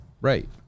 Right